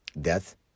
Death